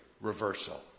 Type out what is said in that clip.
reversal